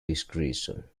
discretion